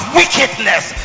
wickedness